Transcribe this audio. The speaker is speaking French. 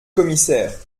commissaire